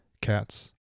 cats